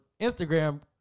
Instagram